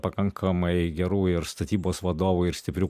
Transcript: pakankamai gerų ir statybos vadovų ir stiprių